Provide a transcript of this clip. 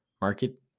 market